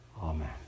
Amen